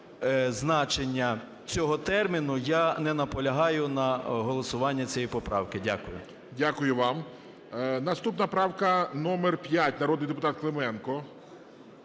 значення цього терміну, я не наполягаю на голосуванні цієї поправки. Дякую. ГОЛОВУЮЧИЙ. Дякую вам. Наступна правка номер 5, народний депутат Клименко.